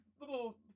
little